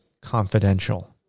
confidential